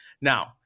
Now